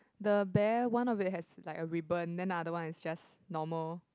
the bear one of it has like a ribbon then the other one is just normal